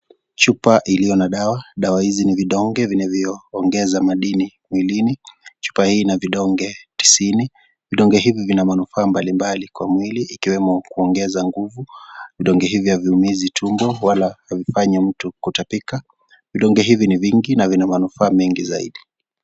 Chupa iliyo na dawa. Dawa hizi ni vidonge vinavyoongeza madini mwilini. Chupa hii ina vidonge tisini. Vidonge hivi vina manufaa mbalimbali kwa mwili ikiwemo kuongeza nguvu. Vidonge hivi haviumizi tumbo wala havifanyi mtu kutapika. Vidonge hivi ni mingi na vina manufaa mengi zaidi.